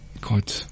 god